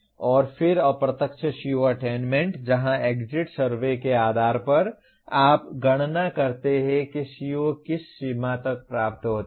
और फिर अप्रत्यक्ष CO अटेन्मेन्ट जहां एग्जिट सर्वे के आधार पर आप गणना करते हैं कि CO किस सीमा तक प्राप्त होते हैं